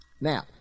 Now